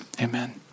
Amen